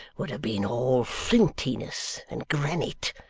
would have been all flintiness and granite.